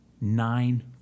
nine